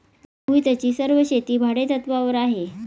मोहितची सर्व शेती भाडेतत्वावर आहे